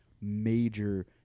major